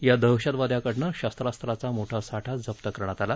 या दहशतवाद्यांकडनं शरत्रास्त्राचा मोठा साठा जप्त करण्यात आला